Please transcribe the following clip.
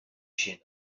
sin